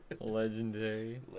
Legendary